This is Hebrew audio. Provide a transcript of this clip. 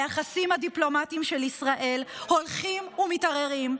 היחסים הדיפלומטיים של ישראל הולכים ומתערערים,